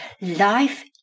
life